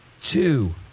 Two